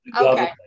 Okay